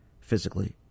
physically